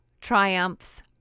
triumphs